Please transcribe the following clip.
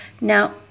Now